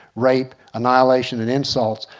rape, annihilation and insult,